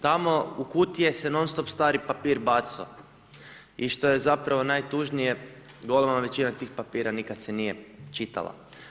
Tamo u kutije se non stop stari papir baco i što je zapravo najtužnije golema većina tih papira nikad se nije čitala.